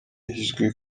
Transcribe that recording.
izwi